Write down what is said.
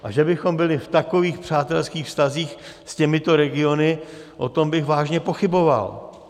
A že bychom byli v takových přátelských vztazích s těmito regiony, o tom bych vážně pochyboval.